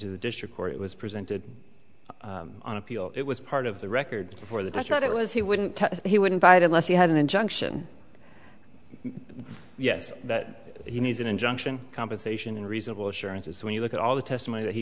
to the district or it was presented on appeal it was part of the record before that that's right it was he wouldn't he wouldn't buy it unless you have an injunction yes that he needs an injunction compensation and reasonable assurance is when you look at all the testimony that he